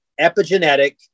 epigenetic